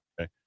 okay